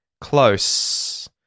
close